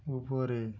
উপরে